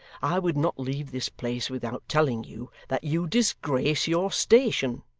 i would not leave this place without telling you that you disgrace your station